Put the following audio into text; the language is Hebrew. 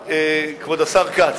כבוד השר כץ,